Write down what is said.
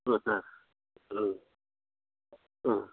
ம்